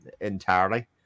entirely